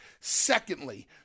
Secondly